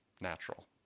natural